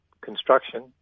construction